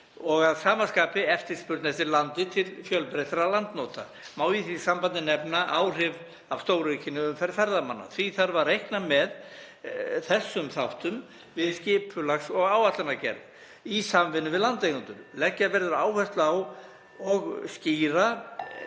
og að sama skapi eftirspurn eftir landi til fjölbreyttra landnota. Má í því sambandi nefna áhrif af stóraukinni umferð ferðamanna. Því þarf að reikna með þessum þáttum við skipulags- og áætlanagerð í samvinnu við landeigendur. Leggja verður áherslu á